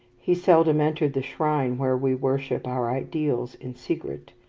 he seldom entered the shrine where we worship our ideals in secret.